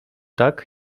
tak